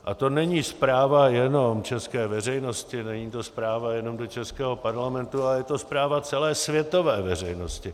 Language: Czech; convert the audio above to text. A to není zpráva jenom české veřejnosti, není to zpráva jenom do českého parlamentu, ale je to zpráva celé světové veřejnosti.